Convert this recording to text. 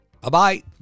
Bye-bye